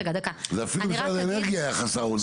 אפילו משרד האנרגיה היה חסר אונים בעניין הזה.